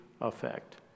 effect